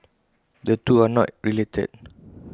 the two are not related